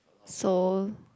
so